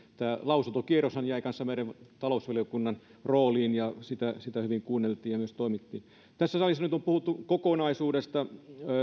tämä lausuntokierroshan jäi kanssa meidän talousvaliokunnan rooliin ja sitä sitä hyvin kuunneltiin ja myös toimittiin tässä salissa nyt on puhuttu kokonaisuudesta